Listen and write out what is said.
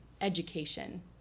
education